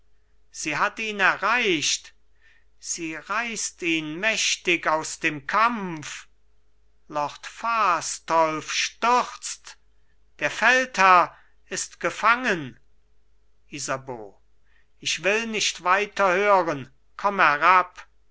sie hat ihn erreicht sie reißt ihn mächtig aus dem kampf lord fastolf stürzt der feldherr ist gefangen isabeau ich will nicht weiter hören komm herab